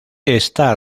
está